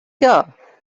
here